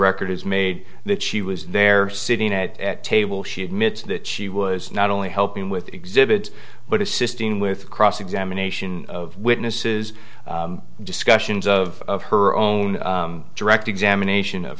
record is made that she was there sitting at table she admits that she was not only helping with the exhibits but assisting with cross examination of witnesses discussions of her own direct examination of